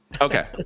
Okay